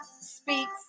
Speaks